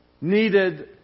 needed